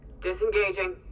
Disengaging